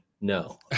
No